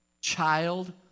child